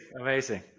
amazing